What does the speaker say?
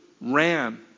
ran